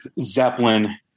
Zeppelin